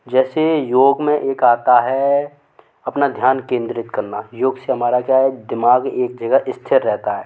जैसे योग में एक आता है अपना ध्यान केंद्रित करना योग से हमारा क्या है दिमाग़ एक जगह स्थिर रहता है